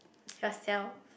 yourself